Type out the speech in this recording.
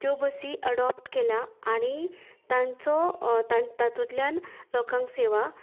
त्यो बसी अडोप्ट केल्यात आनी तांचो तातुंतल्यान लोकांक सेवा